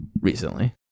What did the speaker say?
recently